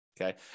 Okay